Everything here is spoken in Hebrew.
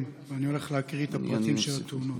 ואני הולך להקריא את הפרטים של התאונות.